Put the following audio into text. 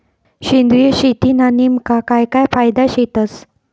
सेंद्रिय शेतीना नेमका काय काय फायदा शेतस?